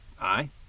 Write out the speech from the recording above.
Aye